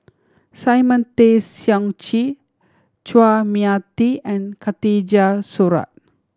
Simon Tay Seong Chee Chua Mia Tee and Khatijah Surattee